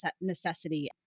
necessity